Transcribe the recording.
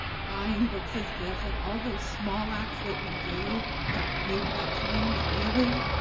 buying books as gifts, and all those small acts that we do that make that change daily,